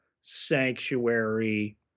sanctuary